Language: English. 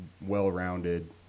well-rounded